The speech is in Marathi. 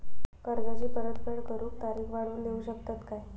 कर्जाची परत फेड करूक तारीख वाढवून देऊ शकतत काय?